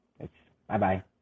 Bye-bye